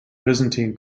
byzantine